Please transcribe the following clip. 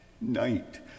Night